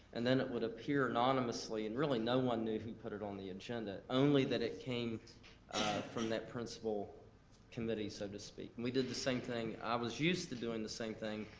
and then it would appear anonymously, and really no one knew who put it on the agenda, only that it came from that principal committee, so to speak. and we did the same thing, i was used to doing the same thing.